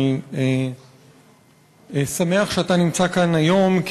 אני שמח שאתה נמצא כאן היום,